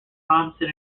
thompson